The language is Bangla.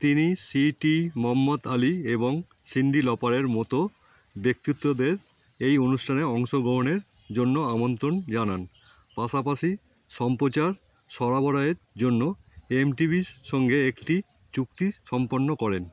তিনি সি টি মহম্মদ আলি এবং সিণ্ডি লপারের মতো ব্যক্তিত্বদের এই অনুষ্ঠানে অংশগ্রহণের জন্য আমন্ত্রণ জানান পাশাপাশি সম্প্রচার সরবরাহের জন্য এমটিভির সঙ্গে একটি চুক্তি সম্পন্ন করেন